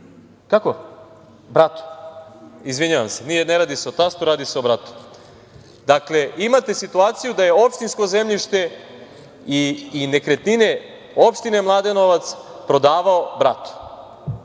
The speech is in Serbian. mi se tastu. Izvinjavam se ne radi se o tastu, radi se o bratu. Dakle, imate situaciju da je opštinsko zemljište i nekretnine opštine Mladenovac prodavao